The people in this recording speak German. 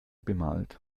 bemalt